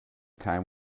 time